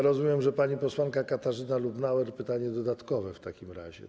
Rozumiem, że pani posłanka Katarzyna Lubnauer zada pytanie dodatkowe w takim razie, tak?